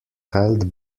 held